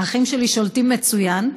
האחים שלי שולטים מצוין,